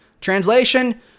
Translation